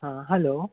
आं हालो